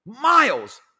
Miles